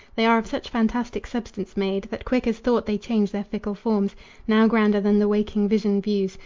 they are of such fantastic substance made that quick as thought they change their fickle forms now grander than the waking vision views,